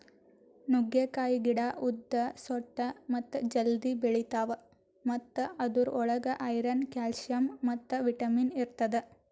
ನುಗ್ಗೆಕಾಯಿ ಗಿಡ ಉದ್ದ, ಸೊಟ್ಟ ಮತ್ತ ಜಲ್ದಿ ಬೆಳಿತಾವ್ ಮತ್ತ ಅದುರ್ ಒಳಗ್ ಐರನ್, ಕ್ಯಾಲ್ಸಿಯಂ ಮತ್ತ ವಿಟ್ಯಮಿನ್ ಇರ್ತದ